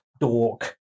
dork